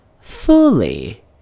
FULLY